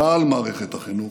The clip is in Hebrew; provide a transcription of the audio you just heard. כלל מערכת החינוך,